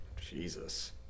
Jesus